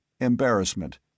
embarrassment